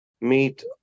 meet